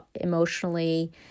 emotionally